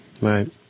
Right